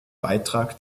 beitrag